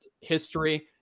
history